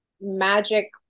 magic